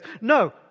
No